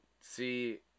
see